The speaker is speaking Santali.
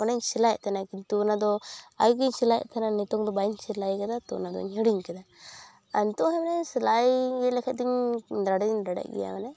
ᱚᱱᱟᱧ ᱥᱤᱞᱟᱭᱮᱫ ᱛᱮᱦᱮᱱᱟ ᱠᱤᱱᱛᱩ ᱚᱱᱟᱫᱚ ᱟᱭᱩᱵᱽ ᱥᱤᱞᱟᱭᱮᱫ ᱛᱮᱦᱮᱱᱟ ᱱᱤᱛᱚᱝᱫᱚ ᱵᱟᱧ ᱥᱤᱞᱟᱭ ᱠᱟᱫᱟ ᱛᱚ ᱚᱱᱟᱫᱚᱧ ᱦᱤᱲᱤᱠᱟᱫᱟ ᱟᱨ ᱱᱤᱛᱚᱜᱦᱚᱸ ᱢᱟᱱᱮ ᱥᱤᱞᱟᱭ ᱤᱭᱟᱹ ᱞᱮᱠᱷᱟᱱᱫᱩᱧ ᱫᱟᱲᱮ ᱫᱩᱧ ᱫᱟᱲᱮᱭᱟᱜ ᱜᱮᱭᱟ ᱵᱚᱞᱮ